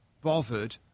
bothered